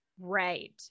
Right